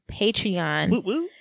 Patreon